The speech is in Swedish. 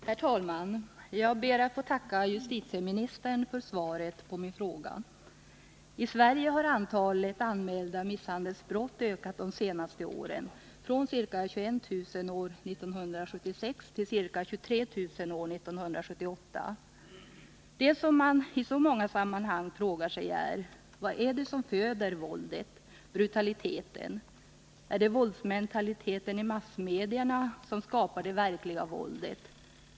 Herr talman! Jag ber att få tacka justitieministern för svaret på min fråga. I Sverige har antalet anmälda misshandelsbrott ökat de senaste åren från ca 21 000 år 1976 till ca 23 000 år 1978. Vad man i många sammanhang frågar sig är: Vad är det som föder våldet och brutaliteten? Är det våldsmentaliteten i massmedierna som skapar det verkliga våldet?